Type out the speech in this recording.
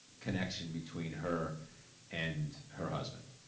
connection between her and her husband.